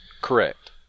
Correct